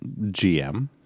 GM